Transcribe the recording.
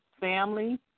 family